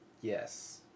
Yes